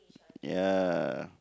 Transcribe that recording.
ya